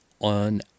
on